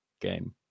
game